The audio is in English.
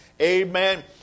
amen